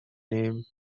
name